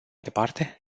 departe